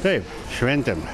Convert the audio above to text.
taip šventėm